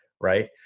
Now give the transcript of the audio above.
right